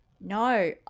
no